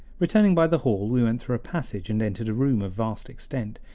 returning by the hall we went through a passage and entered a room of vast extent,